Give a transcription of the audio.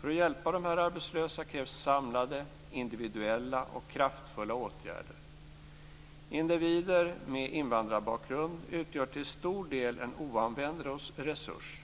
För att hjälpa dessa arbetslösa krävs samlade, individuella och kraftfulla åtgärder. Individer med invandrarbakgrund utgör till stor del en oanvänd resurs.